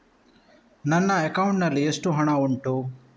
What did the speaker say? ನನ್ನ ಅಕೌಂಟ್ ನಲ್ಲಿ ಎಷ್ಟು ಹಣ ಉಂಟು?